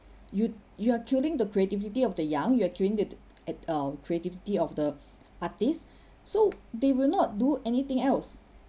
you you are killing the creativity of the young you're killing it at err creativity of the artists so they will not do anything else